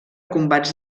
combats